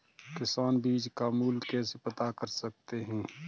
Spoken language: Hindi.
किसान बीज का मूल्य कैसे पता कर सकते हैं?